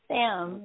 Sam